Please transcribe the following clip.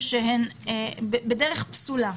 בדרך פסולה,